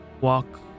walk